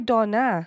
Donna